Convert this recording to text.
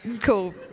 Cool